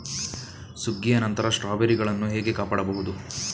ಸುಗ್ಗಿಯ ನಂತರ ಸ್ಟ್ರಾಬೆರಿಗಳನ್ನು ಹೇಗೆ ಕಾಪಾಡ ಬಹುದು?